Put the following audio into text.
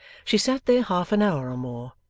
she sat there half-an-hour or more,